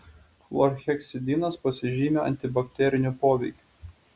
chlorheksidinas pasižymi antibakteriniu poveikiu